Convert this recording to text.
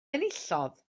enillodd